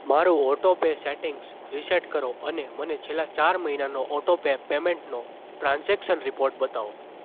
મારું auto pay settings reset કરો અને મને છેલ્લા ચાર મહિનાનો ઓટો પે પેમેન્ટનો ટ્રાન્ઝેક્શન રીપોર્ટ બતાવો